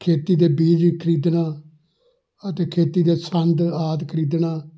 ਖੇਤੀ ਦੇ ਬੀਜ ਖਰੀਦਣਾ ਅਤੇ ਖੇਤੀ ਦੇ ਸੰਦ ਆਦਿ ਖਰੀਦਣਾ